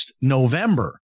November